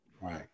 right